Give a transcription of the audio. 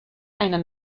einer